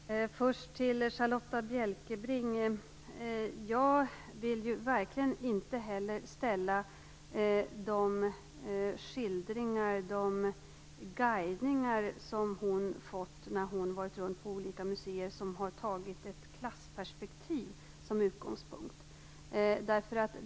Herr talman! Jag vill först vända mitt till Charlotta Bjälkebring. Jag vill verkligen inte ställa detta mot de skildringar och guidningar som Charlotta Bjälkebring har fått när hon varit runt på olika museer som har tagit ett klassperspektiv som utgångspunkt.